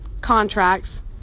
contracts